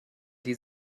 die